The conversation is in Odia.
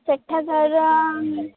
ସେଠାକାର